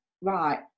right